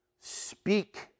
Speak